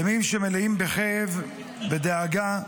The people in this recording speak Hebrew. ימים שמלאים בכאב, בדאגה,